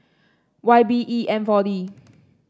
Y B E N four D